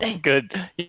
Good